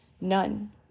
none